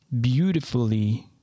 beautifully